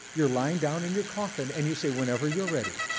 you're lying down in your coffin, and you say, whenever you're ready.